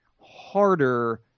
harder